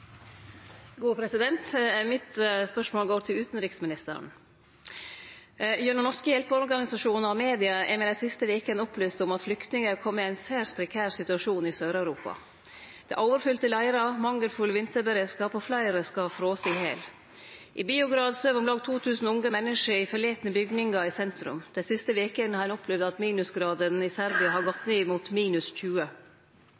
media har me dei siste vekene vorte opplyst om at flyktningar har kome i ein særs prekær situasjon i Sør-Europa. Det er overfylte leirar, mangelfull vinterberedskap og fleire skal ha frose i hel. I Beograd søv om lag 2 000 unge menneske i forlatne bygningar i sentrum. Dei siste vekene har ein opplevd at minusgradene i Serbia har gått